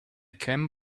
came